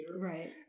Right